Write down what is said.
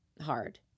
hard